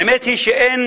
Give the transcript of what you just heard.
האמת היא שאין